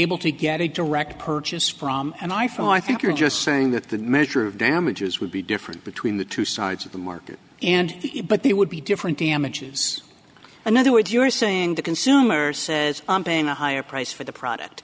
able to get a direct purchase from and i from i think you're just saying that the measure of damages would be different between the two sides of the market and but they would be different damages another word you're saying the consumer says i'm paying a higher price for the product